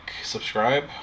subscribe